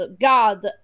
god